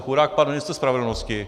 Chudák pan ministr spravedlnosti.